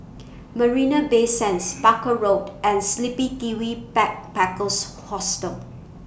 Marina Bay Sands Barker Road and The Sleepy Kiwi Backpackers Hostel